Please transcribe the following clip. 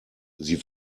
sie